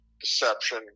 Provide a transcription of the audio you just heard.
deception